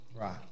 Right